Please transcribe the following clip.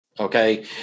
Okay